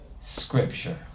Scripture